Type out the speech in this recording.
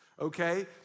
okay